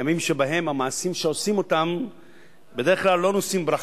ימים שבהם המעשים שעושים אותם בדרך כלל לא נושאים ברכה.